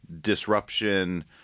disruption